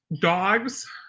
Dogs